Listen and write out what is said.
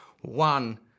one